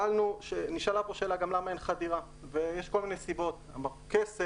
שאלו כאן למה אין חדירה ויש כל מיני סיבות- כסף.